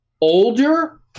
older